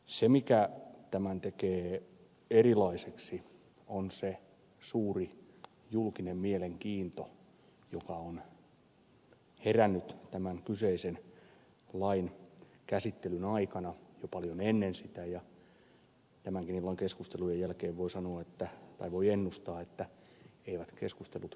se mikä tämän tekee erilaiseksi on se suuri julkinen mielenkiinto joka on herännyt tämän kyseisen lain käsittelyn aikana jo paljon ennen sitä ja tämänkin illan keskustelujen jälkeen voi ennustaa että eivät keskustelut siihen lopu